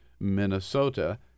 Minnesota